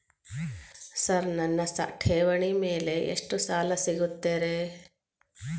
Sir ನನ್ನ ಠೇವಣಿ ಮೇಲೆ ಎಷ್ಟು ಸಾಲ ಸಿಗುತ್ತೆ ರೇ?